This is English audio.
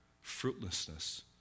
Fruitlessness